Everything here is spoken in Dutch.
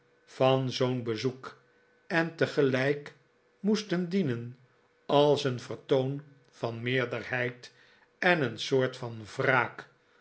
van zoo'n bezoek en tegelijk moesten dienen als een vertoon van meerderheid en een soort van wraak